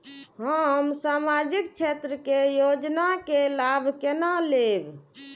हम सामाजिक क्षेत्र के योजना के लाभ केना लेब?